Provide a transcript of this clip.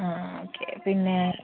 ആ ഓക്കെ പിന്നേ